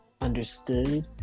understood